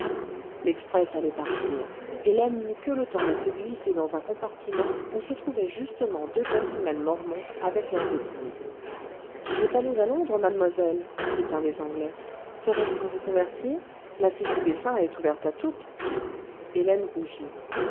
l'express allait partir hélène n'eut que le temps de se glisser dans un compartiment où se trouvaient justement deux gentlemen mormons avec leurs épouses ce vous allez à londres mademoiselle dit un des anglais serait-ce pour vous convertir la cité des saints est ouverte à toutes hélène rougit